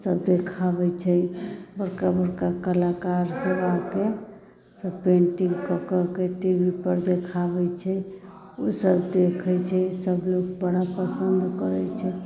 सभ देखाबैत छै बड़का बड़का कलाकार सभ आके पेन्टिंग कऽ कऽ के टीवीपर देखाबैत छै ओसभ देखैत छै सभ कोइ बड़ा पसन्द करैत छै